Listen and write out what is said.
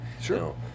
sure